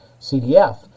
CDF